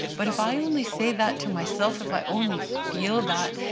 but if i only say that to myself, if i only feel that,